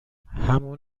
همون